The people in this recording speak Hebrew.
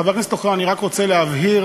חבר הכנסת אוחיון, אני רק רוצה להבהיר,